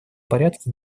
порядке